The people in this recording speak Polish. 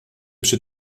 przy